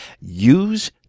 Use